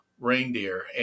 reindeer